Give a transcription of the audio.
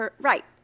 Right